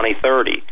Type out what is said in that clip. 2030